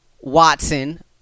Watson